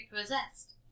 possessed